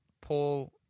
Paul